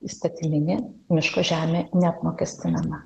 įstatyminė miško žemė neapmokestinama